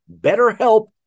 BetterHelp